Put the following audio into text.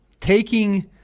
taking